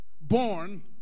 born